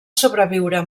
sobreviure